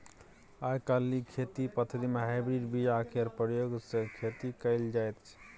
आइ काल्हि खेती पथारी मे हाइब्रिड बीया केर प्रयोग सँ खेती कएल जाइत छै